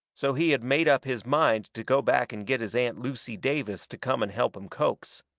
so he had made up his mind to go back and get his aunt lucy davis to come and help him coax.